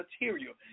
material